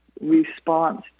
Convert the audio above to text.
response